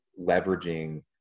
leveraging